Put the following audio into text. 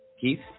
Keith